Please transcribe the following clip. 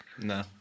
No